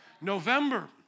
November